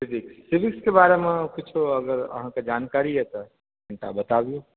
civics सिविक्सके बारेमे किछु अगर अहाँकेॅं जानकारी अइ तऽ हमरा बताबू